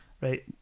Right